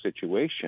situation